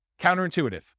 Counterintuitive